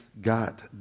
God